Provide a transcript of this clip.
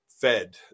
fed